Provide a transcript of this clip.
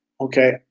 okay